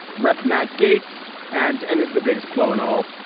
rep. matt gates and and is the biggest blow in all.